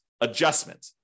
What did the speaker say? adjustment